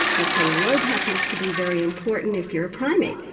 the frontal lobe happens to be very important if you're a primate,